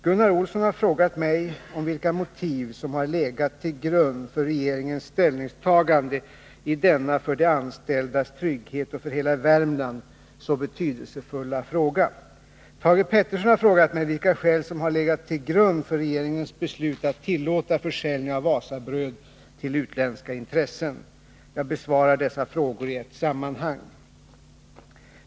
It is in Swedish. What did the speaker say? Gunnar Olsson har frågat mig om vilka motiv som har legat till grund för regeringens ställningstagande i denna för de anställdas trygghet och för hela Värmland så betydelsefulla fråga. Thage Peterson har frågat mig vilka skäl som har legat till grund för regeringens beslut att tillåta försäljning av Wasabröd till utländska intressen. Jag besvarar dessa frågor i ett sammanhang.